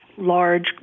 large